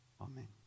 Amen